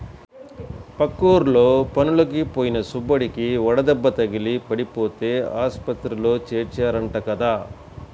పక్కూర్లో పనులకి పోయిన సుబ్బడికి వడదెబ్బ తగిలి పడిపోతే ఆస్పత్రిలో చేర్చారంట కదా